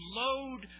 load